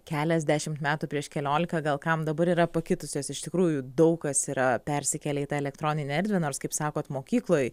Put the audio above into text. keliasdešim metų prieš keliolika gal kam dabar yra pakitusios iš tikrųjų daug kas yra persikėlę į tą elektroninę erdvę nors kaip sakot mokykloj